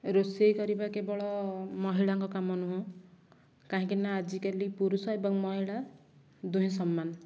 ରୋଷେଇ କରିବା କେବଳ ମହିଳାଙ୍କ କାମ ନୁହେଁ କାହିକିଁ ନା ଆଜିକାଲି ପୁରୁଷ ଏବଂ ମହିଳା ଦୁହେଁ ସମାନ